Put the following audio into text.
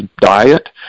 diet